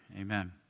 amen